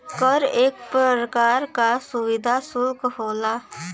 कर एक परकार का सुविधा सुल्क होला